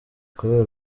kubera